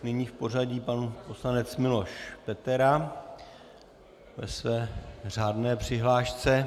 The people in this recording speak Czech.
Nyní v pořadí pan poslanec Miloš Petera ve své řádné přihlášce.